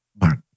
Mark